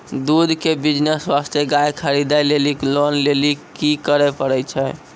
दूध के बिज़नेस वास्ते गाय खरीदे लेली लोन लेली की करे पड़ै छै?